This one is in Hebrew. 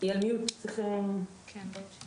למענים לילדים בקהילה וקיבלנו בקיץ האחרון כ-20 מיליון